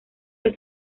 los